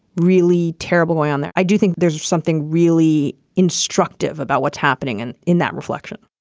really terrible going on there i do think there's something really instructive about what's happening and in that reflection